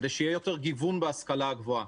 כדי שיהיה יותר גיוון בהשכלה גבוהה,